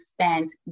spent